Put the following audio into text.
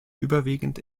überwiegend